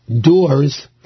doors